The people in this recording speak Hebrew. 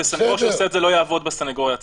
וסנגור שעושה את זה לא יעבוד בסנגוריה הציבורית,